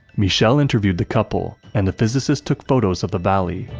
michel interviewed the couple and the physicist took photos of the valley,